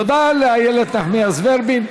תודה לאיילת נחמיאס-ורבין.